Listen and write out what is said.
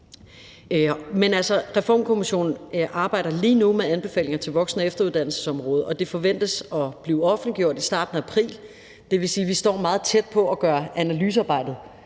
Reformkommissionen arbejder lige nu med anbefalinger til voksen- og efteruddannelsesområdet, og de forventes at blive offentliggjort i starten af april. Det vil sige, at vi står meget tæt på at gøre analysearbejdet